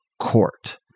court